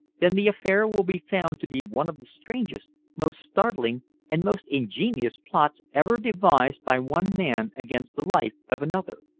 then the affair will be found to be one of the strangest, most startling and most ingenious plots ever devised by one man against the life of another.